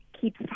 keep